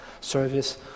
service